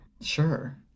sure